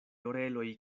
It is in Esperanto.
oreloj